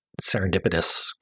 serendipitous